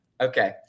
Okay